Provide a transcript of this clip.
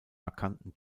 markanten